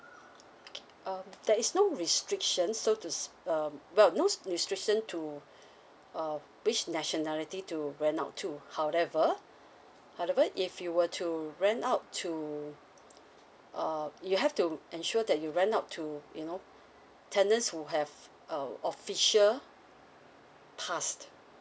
um there is no restriction so to s~ uh well no restriction to uh which nationality to rent out to however however if you were to rent out to uh you have to ensure that you rent out to you know tenants who have uh official pass